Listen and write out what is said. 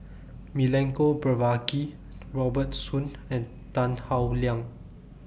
Milenko Prvacki Robert Soon and Tan Howe Liang